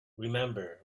remember